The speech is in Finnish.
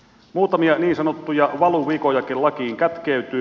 muutamia niin sanottuja valuvikojakin lakiin kätkeytyy